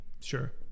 Sure